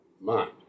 mind